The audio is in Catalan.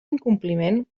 incompliment